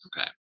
okay